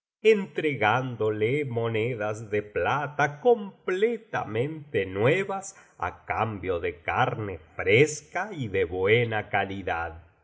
entregándole monedas de plata completamente nuevas á cambio de carne fresca y de buena calidad